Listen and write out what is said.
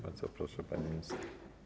Bardzo proszę, pani minister.